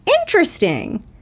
interesting